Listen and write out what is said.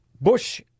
Bush